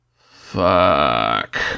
fuck